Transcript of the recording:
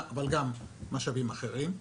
אבל גם משאבים אחרים: